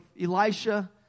Elisha